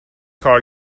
کار